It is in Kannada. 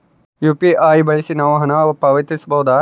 ಯು.ಪಿ.ಐ ಬಳಸಿ ನಾವು ಹಣ ಪಾವತಿಸಬಹುದಾ?